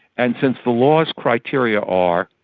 and since the law's criteria are,